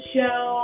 Show